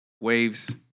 Waves